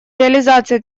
реализация